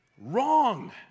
Wrong